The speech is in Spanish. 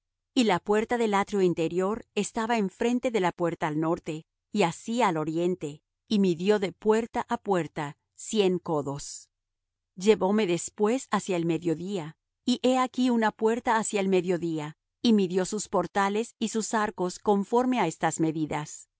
y la puerta del atrio interior estaba enfrente de la puerta al norte y así al oriente y midió de puerta á puerta cien codos llevóme después hacia el mediodía y he aquí una puerta hacia el mediodía y midió sus portales y sus arcos conforme á estas medidas